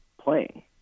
playing